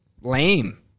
lame